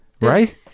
Right